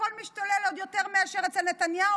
הכול משתולל עוד יותר מאשר אצל נתניהו,